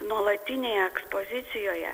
nuolatinėj ekspozicijoje